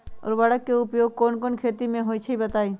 उर्वरक के उपयोग कौन कौन खेती मे होई छई बताई?